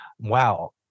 Wow